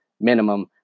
minimum